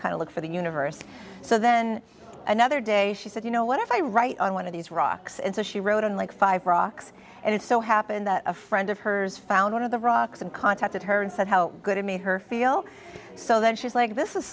kind of look for the universe so then another day she said you know what if i write on one of these rocks and so she wrote in like five rocks and it so happened that a friend of hers found one of the rocks and contacted her and said how good it made her feel so then she's like this is